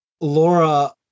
Laura